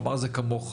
הוא אמר, זה כמוך.